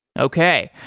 okay.